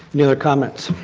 any other comments?